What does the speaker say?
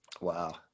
Wow